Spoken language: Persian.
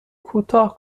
کوتاه